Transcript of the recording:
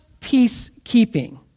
peacekeeping